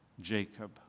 Jacob